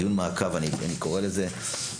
אני קורא לזה דיון מעקב.